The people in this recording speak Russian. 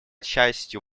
частью